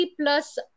plus